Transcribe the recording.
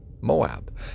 Moab